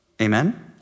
Amen